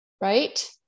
right